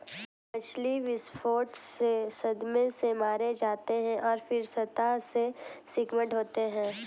मछली विस्फोट से सदमे से मारे जाते हैं और फिर सतह से स्किम्ड होते हैं